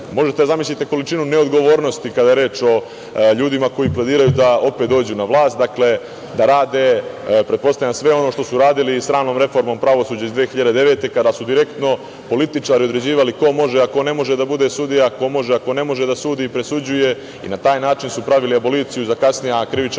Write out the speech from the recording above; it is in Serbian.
da zamislite količinu neodgovornosti kada je reč o ljudima koji planiraju da opet dođu na vlast, da rade pretpostavljam sve ono što su radili i sa sramnom reformom pravosuđa iz 2009. godine kada su direktno političari određivali ko može a ko ne može da bude sudija, ko može a ko ne može da sudi i presuđuje i na taj način su pravili aboliciju za kasnija krivična